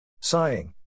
Sighing